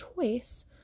choice